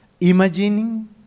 Imagining